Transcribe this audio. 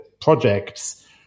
projects